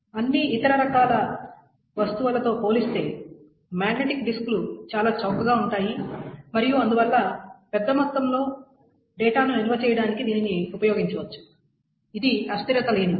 అన్ని ఇతర రకాల వస్తువులతో పోల్చితే మాగ్నెటిక్ డిస్క్లు చాలా చౌకగా ఉంటాయి మరియు అందువల్ల పెద్ద సంఖ్యలో పెద్ద మొత్తంలో డేటాను నిల్వ చేయడానికి దీనిని ఉపయోగించవచ్చు ఇది అస్థిరత లేనిది